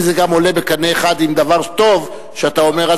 אם זה גם עולה בקנה אחד עם דבר טוב שאתה אומר,